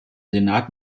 senat